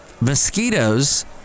Mosquitoes